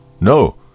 No